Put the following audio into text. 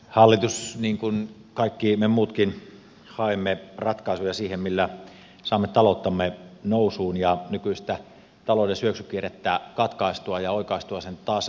hallitus hakee niin kuin kaikki me muutkin haemme ratkaisuja siihen millä saamme talouttamme nousuun ja nykyistä talouden syöksykierrettä katkaistua ja oikaistua sen taas kasvun tielle